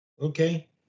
okay